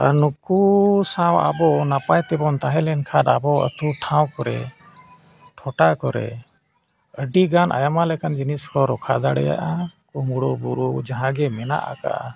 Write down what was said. ᱟᱨ ᱱᱩᱠᱩ ᱥᱟᱶ ᱟᱵᱚ ᱱᱟᱯᱟᱭ ᱛᱮᱵᱚᱱ ᱛᱟᱦᱮᱸ ᱞᱮᱱᱠᱷᱟᱱ ᱟᱵᱚ ᱟᱛᱳ ᱴᱷᱟᱶ ᱠᱚᱨᱮ ᱴᱚᱴᱷᱟ ᱠᱚᱨᱮ ᱟᱹᱰᱤ ᱜᱟᱱ ᱟᱭᱢᱟ ᱞᱮᱠᱟᱱ ᱡᱤᱱᱤᱥ ᱠᱚ ᱨᱚᱠᱠᱷᱟ ᱫᱟᱲᱮᱭᱟᱜᱼᱟ ᱠᱩᱢᱲᱩ ᱵᱩᱨᱩ ᱡᱟᱦᱟᱸ ᱜᱮ ᱢᱮᱱᱟᱜ ᱟᱠᱟᱜᱼᱟ